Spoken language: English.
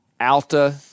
Alta